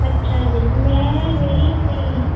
ਅੱਛਾ ਜੀ ਮੈਂ ਮੇਰੀ ਸਹੇਲੀ